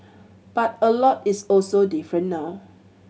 but a lot is also different now